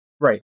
Right